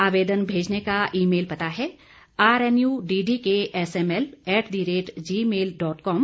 आवेदन भेजने का ई मेल पता है RN U D D K SML at the rate Gmail dot com